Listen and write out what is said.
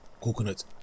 coconut